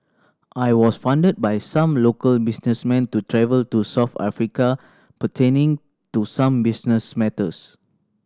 I was funded by some local businessmen to travel to South Africa pertaining to some business matters